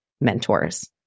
mentors